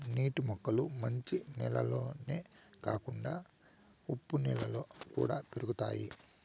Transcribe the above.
నీటి మొక్కలు మంచి నీళ్ళల్లోనే కాకుండా ఉప్పు నీళ్ళలో కూడా పెరుగుతాయి